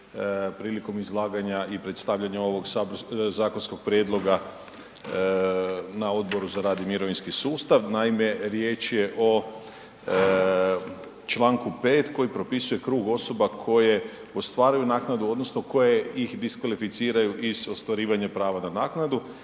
prilikom izlaganja i predstavljanja ovog zakonskog prijedloga na Odboru za rad i mirovinski sustav. Naime, riječ je o čl. 5. koji propisuje krug osoba koje ostvaruju naknadu odnosno koje ih diskvalificiraju iz ostvarivanja prava na naknadu